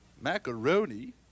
macaroni